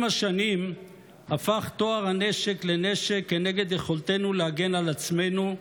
עם השנים הפך טוהר הנשק לנשק נגד יכולתנו להגן על עצמנו,